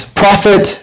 prophet